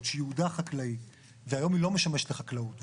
שייעודה חקלאי והיום היא לא משמשת לחקלאות,